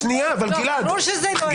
אבל שנייה, גלעד.